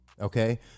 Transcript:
okay